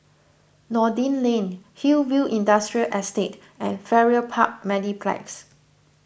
Noordin Lane Hillview Industrial Estate and Farrer Park Mediplex